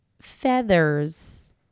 feathers